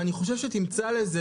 ואני חושב שתמצא לזה,